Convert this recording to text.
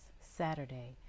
Saturday